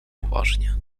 uważnie